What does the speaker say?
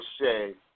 say